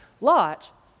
Lot